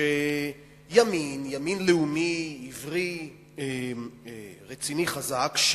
שימין, ימין לאומי, עברי, רציני, חזק,